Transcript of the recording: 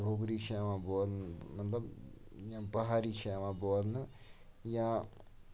ڈوگری چھےٚ یِوان بولنہٕ مطلب یِم پَہاری چھےٚ یِوان بولنہٕ یا